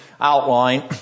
outline